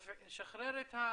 שלמה.